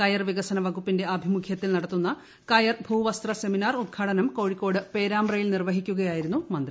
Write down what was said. കയർ വികസന വകുപ്പിന്റെ ആഭിമുഖ്യത്തിൽ നടത്തുന്ന കയർ ഭൂവസ്ത്ര സെമിനാർ ഉദ്ഘാടനം കോഴിക്കോട് പേരാമ്പ്രയിൽ നിർവഹിക്കുകയായിരുന്നു മന്ത്രി